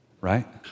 right